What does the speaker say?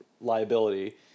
liability